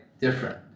different